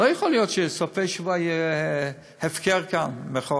לא יכול להיות שבסופי שבוע יהיה הפקר כאן.